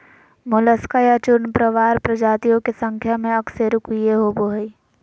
Mollusca या चूर्णप्रावार प्रजातियों के संख्या में अकशेरूकीय होबो हइ